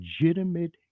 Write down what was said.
legitimate